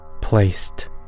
placed